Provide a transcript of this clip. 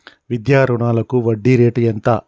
విద్యా రుణాలకు వడ్డీ రేటు ఎంత?